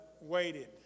waited